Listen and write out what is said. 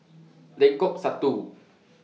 Lengkok Satu